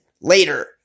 Later